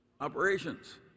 operations